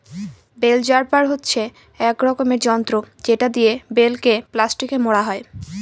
bell wrapper হচ্ছে এক রকমের যন্ত্র যেটা দিয়ে বেল কে প্লাস্টিকে মোড়া হয়